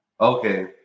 Okay